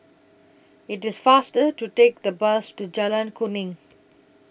IT IS faster to Take The Bus to Jalan Kuning